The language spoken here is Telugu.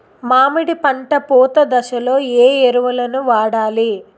మామిడి పంట పూత దశలో ఏ ఎరువులను వాడాలి?